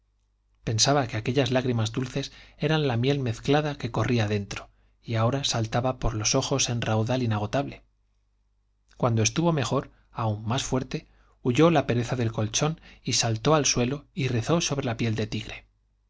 pensaba que aquellas lágrimas dulces eran la miel mezclada que corría dentro y ahora saltaba por los ojos en raudal inagotable cuando estuvo mejor aún más fuerte huyó la pereza del colchón y saltó al suelo y rezó sobre la piel de tigre